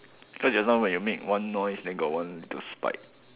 cause just now when you make one noise then got one the spike